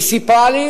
והיא סיפרה לי